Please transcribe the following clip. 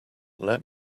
let